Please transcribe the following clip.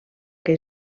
que